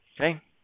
Okay